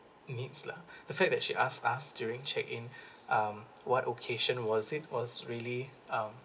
needs lah the fact that she asked us during check in um what occasion was it was really um